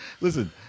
Listen